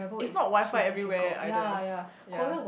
it's not WiFi everywhere either ya